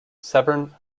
severn